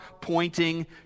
pointing